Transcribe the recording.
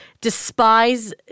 despise